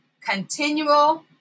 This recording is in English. continual